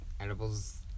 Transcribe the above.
edibles